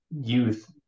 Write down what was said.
youth